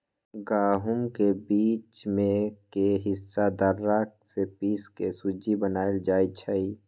गहुम के बीच में के हिस्सा दर्रा से पिसके सुज्ज़ी बनाएल जाइ छइ